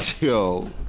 Yo